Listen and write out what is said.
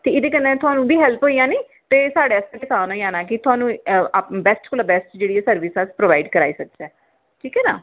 ते एह्दे कन्नै थोआनू बी हैल्प होई जानी ते साढ़े आस्तै बी असान होई जाना कि थोआनू आपू बैस्ट कोला बैस्ट जेह्ड़ी सर्विस ऐ ओह प्रोवाइड कराई सकचै ठीक ऐ ना